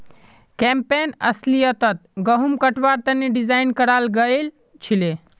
campaign अस्लियतत गहुम कटवार तने डिज़ाइन कराल गएल छीले